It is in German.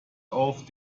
auf